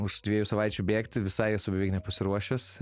už dviejų savaičių bėgti visai esu beveik nepasiruošęs